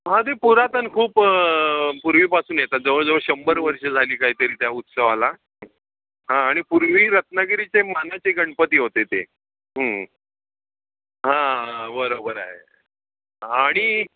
हां ते पुरातन खूप पूर्वीपासून येतात जवळ जवळ शंभर वर्षं झाली कायतरी त्या उत्सवाला हां आणि पूर्वी रत्नागिरीचे मानाचे गणपती होते ते हां बरोबर आहे हां आणि